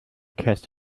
cast